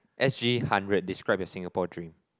s_g hundred describe in Singapore dream